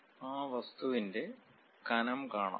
ആ വസ്തുവിന്റെ കനം കാണാം